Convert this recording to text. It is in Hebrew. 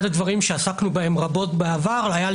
אחד הדברים שעסקנו בהם רבות בעבר היה,